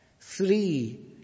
Three